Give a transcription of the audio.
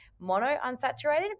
monounsaturated